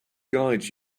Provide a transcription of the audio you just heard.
guide